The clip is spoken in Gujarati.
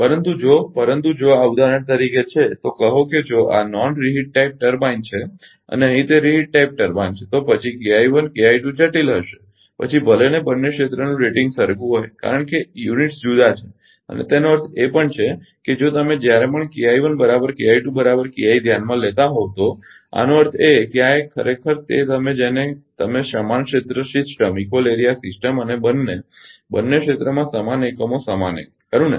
પરંતુ જો પરંતુ જો આ ઉદાહરણ તરીકે છે તો કહો કે જો આ નોન રીહિટ ટાઇપ ટર્બાઇન છે અને અહીં તે રીહિટ ટાઇપ ટર્બાઇન છે તો પછી જટિલ હશે પછી ભલેને બંને ક્ષેત્રનું રેટિંગ સરખુ હોય કારણકે એકમોયુનિટ્સ જુદા છે અને તેનો અર્થ એ પણ છે કે જો તમે જ્યારે પણ ધ્યાનમાં લેતા હોવ તો આનો અર્થ એ કે આ એક ખરેખર તે તમે જેને તમે સમાન ક્ષેત્ર સિસ્ટમ અને બંને બંને ક્ષેત્રમાં સમાન એકમો સમાન એકમો છે ખરુ ને